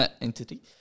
entity